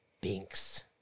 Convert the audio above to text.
Binks